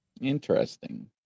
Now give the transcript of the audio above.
Interesting